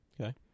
Okay